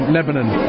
Lebanon